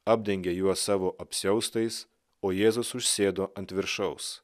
apdengė juos savo apsiaustais o jėzus užsėdo ant viršaus